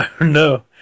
No